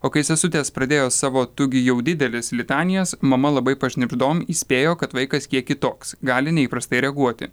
o kai sesutės pradėjo savo tu gi jau didelis litanijas mama labai pašnibždom įspėjo kad vaikas kiek kitoks gali neįprastai reaguoti